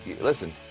listen